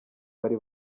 bari